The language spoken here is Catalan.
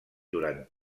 durant